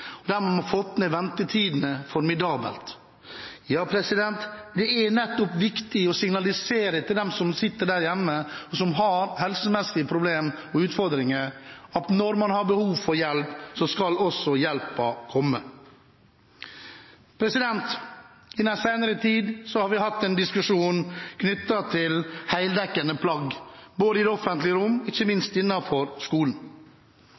dem som sitter der hjemme, og som har helsemessige problemer og utfordringer, at når man har behov for hjelp, skal hjelpen komme. I den senere tid har vi hatt en diskusjon om heldekkende plagg i det offentlige rom, ikke minst i skolen.